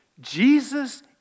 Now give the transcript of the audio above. Jesus